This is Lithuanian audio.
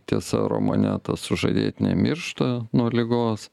tiesa romane ta sužadėtinė miršta nuo ligos